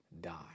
die